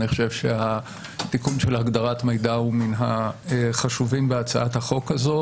אני חושב שהתיקון של הגדרת מידע הוא מן החשובים בהצעת החוק הזאת,